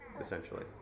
essentially